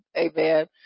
amen